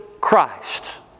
Christ